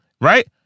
Right